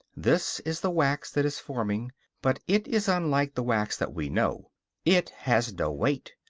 this is the wax that is forming but it is unlike the wax that we know it has no weight,